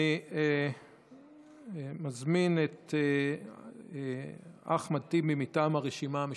אני מזמין את אחמד טיבי מטעם הרשימה המשותפת.